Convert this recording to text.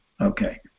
okay